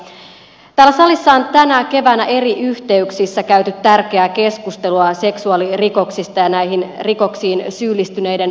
täällä salissa on tänä keväänä eri yhteyksissä käyty tärkeää keskustelua seksuaalirikoksista ja näihin rikoksiin syyllistyneiden rangaistuksista